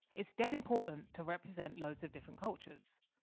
it's dead important to represent loads of different cultures.